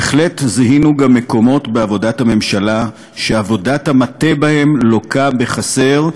שבהחלט זיהינו גם מקומות בעבודת הממשלה שעבודת המטה בהם לוקה בחסר,